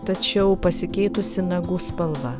tačiau pasikeitusi nagų spalva